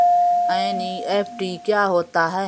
NEFT क्या होता है?